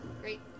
Great